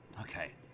okay